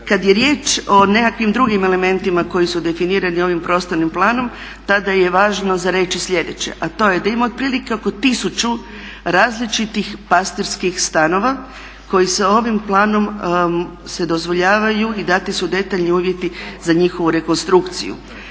Kad je riječ nekakvim drugim elementima koji su definirani ovim prostornim planom, tada je važno za reći slijedeće, a to je da ima otprilike oko 1000 različitih pastirskih stanova koji se ovim planom, se dozvoljavaju i dati su detaljni uvjeti za njihovu rekonstrukciju.